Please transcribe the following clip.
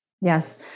yes